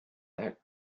that